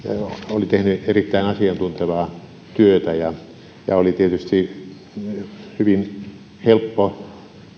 oli tehnyt erittäin asiantuntevaa työtä oli tietysti hyvin helppo